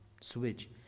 switch